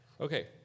Okay